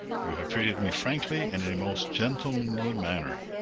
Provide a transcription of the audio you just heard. you have treated me frankly and in a most gentlemanly manner.